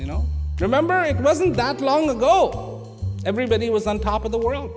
you know remember it wasn't that long ago everybody was on top of the world